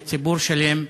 בציבור שלם,